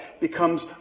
becomes